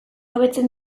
hobetzen